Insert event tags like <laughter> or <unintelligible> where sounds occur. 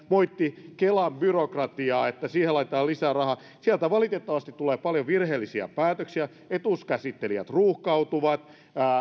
<unintelligible> moitti kelan byrokratiaa siitä että siihen laitetaan lisää rahaa sieltä valitettavasti tulee paljon virheellisiä päätöksiä etuuskäsittelijät ruuhkautuvat